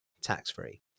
tax-free